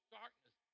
darkness